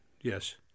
Yes